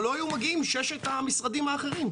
אבל לא היו מגיעים ששת המשרדים האחרים.